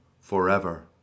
forever